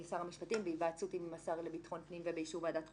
שר המשפטים בהיוועצות עם השר לביטחון פנים ובאישור ועדת חוקה,